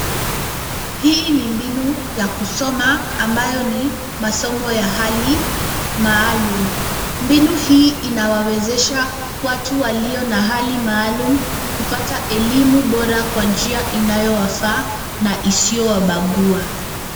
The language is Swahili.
Hii ni mbinu ya kusoma ambayo ni masomo ya hali maalum. Mbinu hii inawawezesha watu walio na hali maalum kupata elimu bora kwa njia inayowafaa na isiyowabagua.